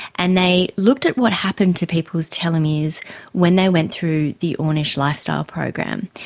and they looked at what happened to people's telomeres when they went through the ornish lifestyle program.